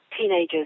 teenagers